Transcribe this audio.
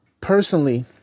personally